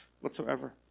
whatsoever